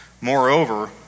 Moreover